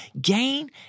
gain